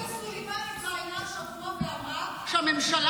עאידה סלימאן התראיינה השבוע ואמרה שהממשלה